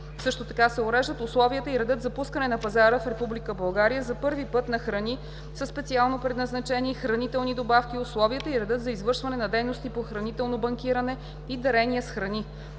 Също така се уреждат условията и редът за пускане на пазара в Република България за първи път на храни със специално предназначение и хранителни добавки, условията и редът за извършване на дейности по хранително банкиране и дарения с храни.